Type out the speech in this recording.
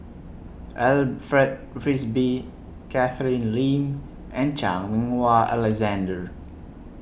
Alfred Frisby Catherine Lim and Chan Meng Wah Alexander